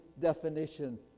definition